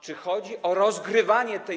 Czy chodzi o rozgrywanie tej.